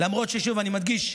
למרות ששוב אני מדגיש,